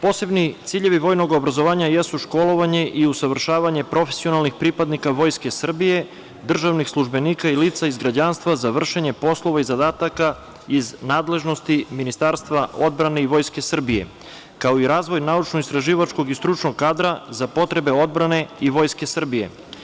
Posebni ciljevi vojnog obrazovanja jesu školovanje i usavršavanje profesionalnih pripadnika Vojske Srbije, državnih službenika i lica iz građanstva za vršenje poslova i zadataka iz nadležnosti Ministarstva odbrane i Vojske Srbije, kao i razvoj naučno-istraživačkog i stručnog kadra za potrebe odbrane i Vojske Srbije.